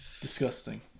disgusting